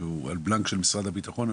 שהוא על blank של משרד הבטחון,